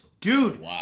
Dude